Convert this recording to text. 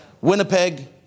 Winnipeg